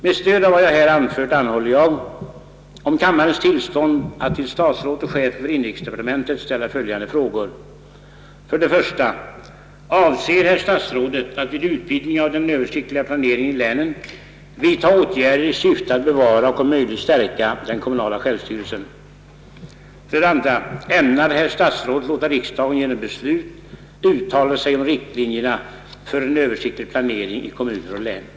Med stöd av vad jag här anfört anhåller jag om kammarens tillstånd att till statsrådet och chefen för inrikesdepartementet ställa följande frågor: 1) Avser herr statsrådet att vid utvidgning av den översiktliga planeringen i länen vidta åtgärder i syfte att bevara och om möjligt stärka den kommunala självstyrelsen? 2) Ämnar herr statsrådet låta riksdagen genom beslut uttala sig om riktlinjerna för en översiktlig planering i kommuner och län?